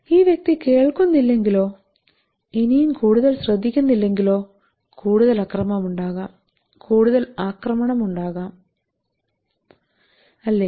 ഈ വ്യക്തി കേൾക്കുന്നില്ലെങ്കിലോ ഇനിയും കൂടുതൽ ശ്രദ്ധിക്കുന്നില്ലെങ്കിലോ കൂടുതൽ അക്രമമുണ്ടാകാം കൂടുതൽ ആക്രമണമുണ്ടാകാം അല്ലേ